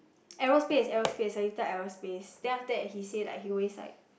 aerospace aerospace Seletar aerospace then after that he say like he always like